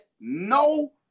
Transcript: no